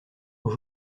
aux